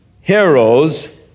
heroes